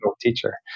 teacher